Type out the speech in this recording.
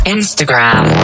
Instagram